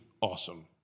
awesome